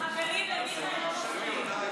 חברים, למיכאל לא מפריעים.